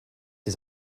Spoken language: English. his